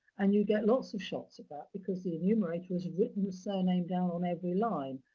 and you get lots of shots of that, because the enumerator has written the surname down on every line.